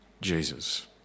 Jesus